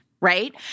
Right